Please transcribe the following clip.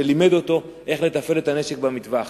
שלימד אותו איך לתפעל את הנשק במטווח.